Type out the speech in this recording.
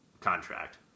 contract